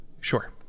sure